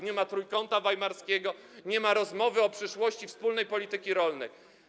Nie ma Trójkąta Weimarskiego, nie ma rozmowy o przyszłości wspólnej polityki rolnej.